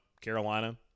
Carolina